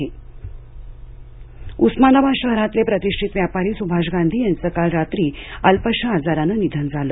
निधन उस्मानाबाद उस्मानाबाद शहरातले प्रतिष्ठित व्यापारी स्भाष गांधी यांचं काल रात्री अल्पशा आजारानं निधन झालं